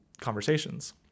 conversations